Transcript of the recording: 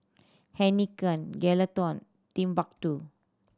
Heinekein Geraldton Timbuk Two